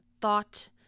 thought